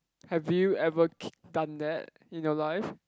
have you ever ki~ done that in your life